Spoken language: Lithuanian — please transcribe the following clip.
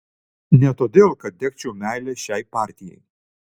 ne todėl kad degčiau meile šiai partijai